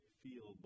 feel